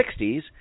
1960s